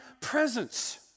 presence